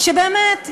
באמת,